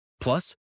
Plus